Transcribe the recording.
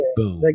boom